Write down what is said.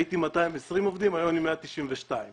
הייתי עם 220 עובדים והיום אני עם 192 עובדים.